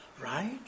Right